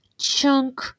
chunk